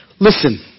Listen